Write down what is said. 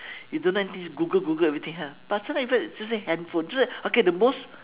you don't know anything just google google everything ah but sometimes it even just say handphone just like okay the most